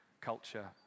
culture